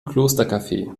klostercafe